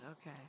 Okay